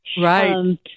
Right